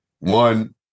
one